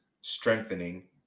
strengthening